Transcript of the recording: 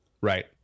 Right